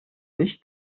nicht